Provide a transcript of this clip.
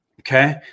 Okay